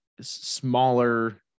smaller